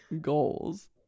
goals